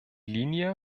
linie